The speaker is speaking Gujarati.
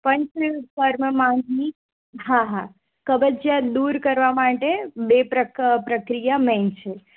પંચકર્મમાંથી હા હા કબજિયાત દૂર કરવા માટે બે પ્રક પ્રકિયા મેઇન છે